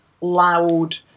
loud